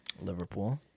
Liverpool